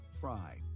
fry